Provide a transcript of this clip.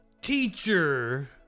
teacher